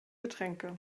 getränke